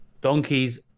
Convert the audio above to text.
donkeys